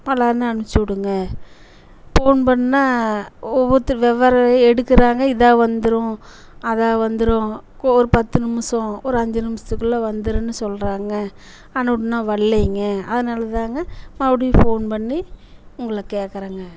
மலார்னு அனுப்பிச்சுடுங்க ஃபோன் பண்ணால் ஒவ்வொருத்தர் வெவ்வேறு எடுக்கிறாங்க இதாக வந்துடும் அதாது வந்துடும் கோர் பத்து நிமிஷம் ஒரு அஞ்சு நிமிஷத்துக்குள்ள வந்துடுன்னு சொல்கிறாங்க ஆனால் இன்னும் வரல்லிங்க அதனால்தாங்க மறுபடியும் ஃபோன் பண்ணி உங்களை கேட்குறங்க